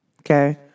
Okay